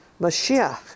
Mashiach